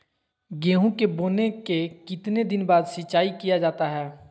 गेंहू के बोने के कितने दिन बाद सिंचाई किया जाता है?